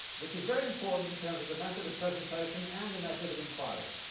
which is very important in terms of the method of presentation and the method of inquiry.